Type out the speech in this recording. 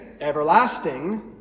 everlasting